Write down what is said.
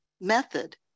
method